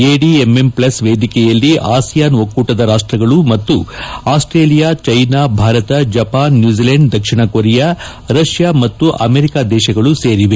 ADMM plus ವೇದಿಕೆಯಲ್ಲಿ ASEAN ಒಕ್ಕೂಟದ ರಾಷ್ಟಗಳು ಮತ್ತು ಆಸ್ವೇಲಿಯಾ ಚೀನಾ ಭಾರತ ಜಪಾನ್ ನ್ಲೂಜಿಲೆಂಡ್ ದಕ್ಷಿಣ ಕೊರಿಯಾ ರಷ್ಲಾ ಹಾಗೂ ಅಮೆರಿಕ ದೇಶಗಳು ಸೇರಿವೆ